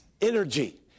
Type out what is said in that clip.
energy